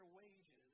wages